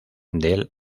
del